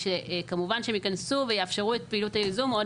שכמובן שהם ייכנסו ויאפשרו את פעילויות הייזום עוד